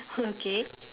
okay